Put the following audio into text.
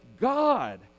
God